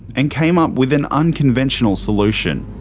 and came up with an unconventional solution.